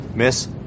Miss